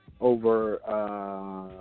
over